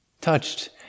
touched